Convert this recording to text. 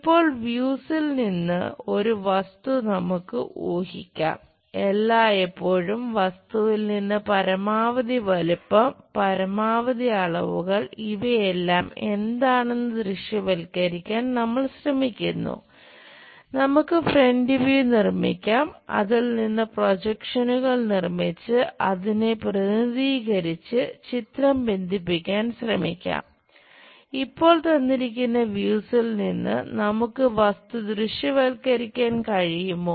ഇപ്പോൾ വ്യൂസിൽ നിന്ന് നമുക്ക് വസ്തു ദൃശ്യവൽക്കരിക്കാൻ കഴിയുമോ